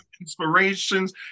inspirations